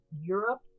Europe